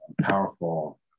powerful